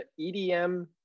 EDM